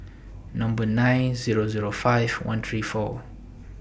Number nine Zero Zero five one three four